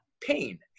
pain